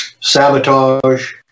sabotage